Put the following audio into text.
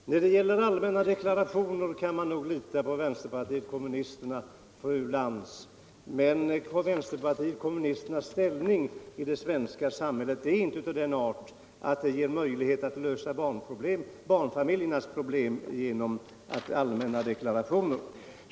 Herr talman! När det gäller allmänna deklarationer kan man nog lita på vänsterpartiet kommunisterna, fru Lantz. Men vänsterpartiet kommunisternas ställning i det svenska samhället är inte av den art att den ger möjlighet att lösa barnfamiljernas problem genom allmänna deklarationer.